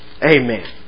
Amen